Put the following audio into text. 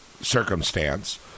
circumstance